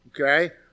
Okay